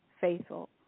faithful